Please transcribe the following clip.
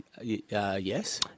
Yes